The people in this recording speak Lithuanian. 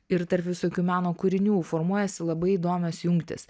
ir tarp visokių meno kūrinių formuojasi labai įdomios jungtys